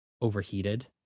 overheated